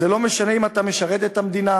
לא משנה אם אתה משרת את המדינה,